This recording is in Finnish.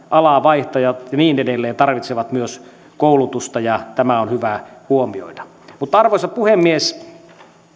alanvaihtajat ja niin edelleen tarvitsevat myös koulutusta tämä on hyvä huomioida arvoisa puhemies